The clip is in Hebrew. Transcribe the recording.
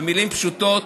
במילים פשוטות: